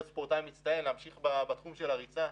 ספורטאי מצטיין ולהמשיך בתחום של הריצה,